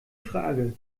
frage